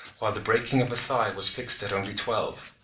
while the breaking of a thigh was fixed at only twelve.